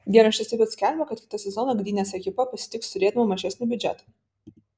dienraštis taip pat skelbia kad kitą sezoną gdynės ekipa pasitiks turėdama mažesnį biudžetą